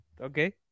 Okay